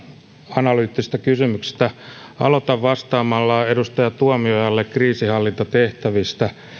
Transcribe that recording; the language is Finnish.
analyyttisista kysymyksistä aloitan vastaamalla edustaja tuomiojalle kriisinhallintatehtävistä